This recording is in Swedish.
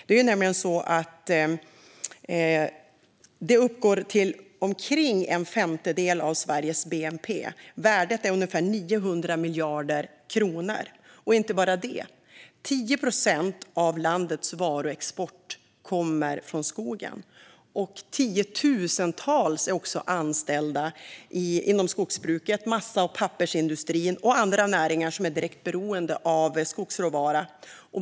Det är nämligen så att den uppgår till omkring en femtedel av Sveriges bnp. Värdet är ungefär 900 miljarder kronor. Och inte bara det, utan 10 procent av landets varuexport kommer från skogen. Tiotusentals är också anställda inom skogsbruket, massa och pappersindustrin och andra näringar som är direkt beroende av skogsråvara.